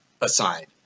Aside